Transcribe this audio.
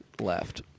left